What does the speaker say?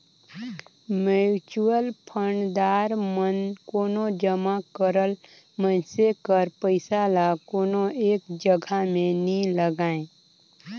mutual fund दार मन कोनो जमा करल मइनसे कर पइसा ल कोनो एक जगहा में नी लगांए